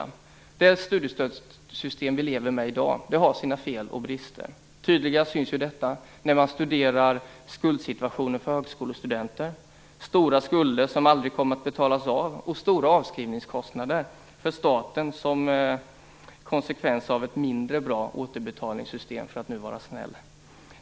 Det studiestödssystem vi lever med i dag har sina fel och brister. Tydligast syns detta när man studerar skuldsituationen för högskolestudenter: stora skulder som aldrig kommer att betalas av och stora avskrivningskostnader för staten som konsekvens av ett mindre bra återbetalningssystem, för att nu vara snäll.